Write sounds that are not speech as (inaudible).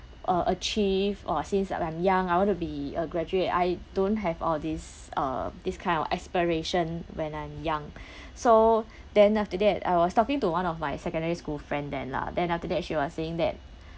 uh achieve or since I I'm young I want to be a graduate I don't have all this uh this kind of aspiration when I'm young (breath) so then after that I was talking to one of my secondary school friend then lah then after that she was saying that